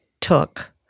took